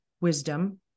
wisdom